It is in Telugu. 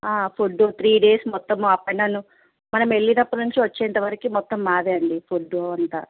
ఫుడ్డు త్రీ డేస్ మొత్తం అప్ అండ్ డౌను మనం వెళ్ళినప్పటి నుంచి వచ్చేంతవరికి మొత్తం మాదే అండి ఫుడ్డు అంతా